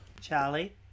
Charlie